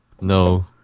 No